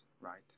right